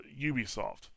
ubisoft